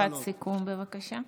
משפט סיכום, בבקשה.